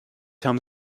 home